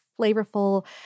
flavorful